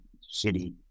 city